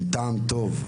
עם טעם טוב.